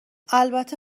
البته